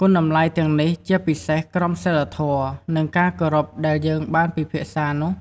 គុណតម្លៃទាំងនេះ ជាពិសេសក្រមសីលធម៌ និងការគោរពដែលយើងបានពិភាក្សានោះ